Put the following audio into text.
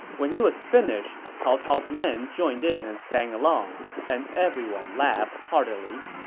when he was finished, cao cao's men joined in and sang along, and everyone laughed heartily.